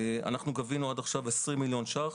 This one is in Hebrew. גבינו עד עכשיו 20 מיליון ש"ח,